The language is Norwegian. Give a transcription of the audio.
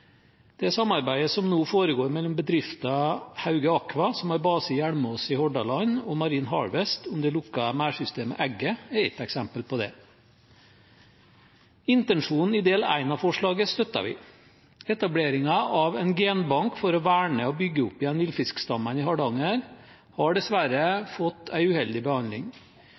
Det samarbeidet som nå foregår mellom bedriftene Hauge Aqua, som har base i Hjelmås i Hordaland, og Marine Harvest om det lukkede merdsystemet Egget, er ett eksempel på det. Intensjonen i del 1 av forslaget støtter vi. Etableringen av en genbank for å verne og bygge opp igjen villfiskstammen i Hardanger har dessverre fått en uheldig behandling.